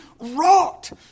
wrought